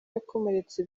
yakomeretse